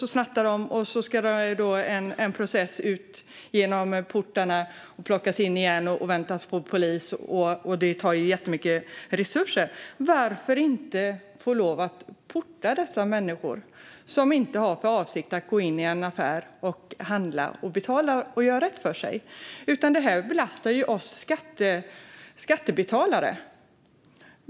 Sedan snattar de, och så följer en process där de går ut genom portarna för att sedan plockas in igen medan polisen inväntas. Detta tar ju jättemycket resurser. Varför får affärerna inte lov att porta dessa människor, som inte har för avsikt att gå in i en affär och handla, betala och göra rätt för sig? Det här belastar ju oss skattebetalare.